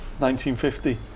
1950